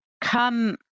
come